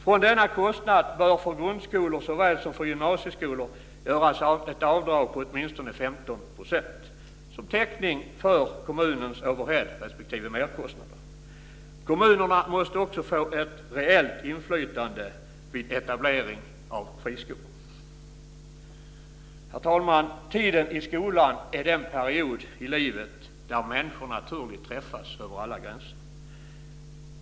Från denna kostnad bör för grundskolor såväl som för gymnasieskolor göras ett avdrag på åtminstone 15 % som täckning för kommunens overhead respektive merkostnader. Kommunerna måste också få ett reellt inflytande vid etablering av friskolor. Herr talman! Tiden i skolan är den period i livet där människor naturligt träffas över alla gränser.